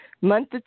month